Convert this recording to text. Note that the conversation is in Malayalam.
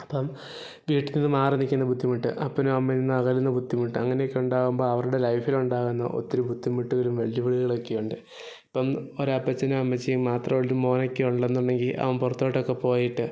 അപ്പം വീട്ടിൽ നിന്ന് മാറി നിൽക്കുന്ന ബുദ്ധിമുട്ട് അപ്പനും അമ്മയിൽ നിന്ന് അകലുന്ന ബുദ്ധിമുട്ട് അങ്ങനെ ഒക്കെ ഉണ്ടാവുമ്പോൾ അവരുടെ ലൈഫിലുണ്ടാവുന്ന ഒത്തിരി ബുദ്ധിമുട്ടുകളും വെല്ലുവിളികൾ ഒക്കെയുണ്ട് ഇപ്പം ഒരു അപ്പച്ചനും അമ്മച്ചിയും മാത്രം ആയിട്ട് മകനൊക്കെ ഉള്ളതെന്നുണ്ടെങ്കിൽ അവൻ പുറത്തോട്ടൊക്കെ പോയിട്ട്